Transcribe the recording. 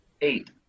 eight